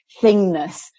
thingness